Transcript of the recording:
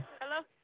Hello